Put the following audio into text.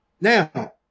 Now